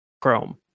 chrome